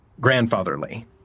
grandfatherly